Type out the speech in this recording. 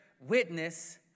witness